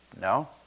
No